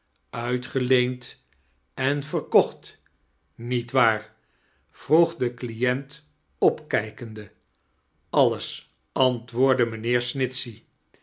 uitgeleend en verkocht nietwaar vroeg de client opmjkende alles antwoordde mijnheer